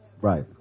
Right